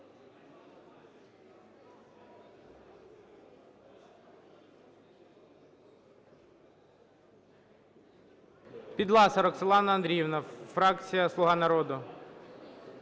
Підласа Роксолана Андріївна, фракція "Слуга народу".